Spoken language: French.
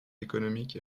économique